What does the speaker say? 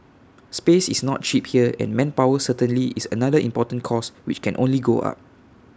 space is not cheap here and manpower certainly is another important cost which can only go up